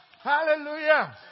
Hallelujah